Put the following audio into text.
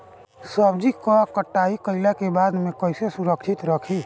सब्जी क कटाई कईला के बाद में कईसे सुरक्षित रखीं?